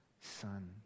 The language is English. son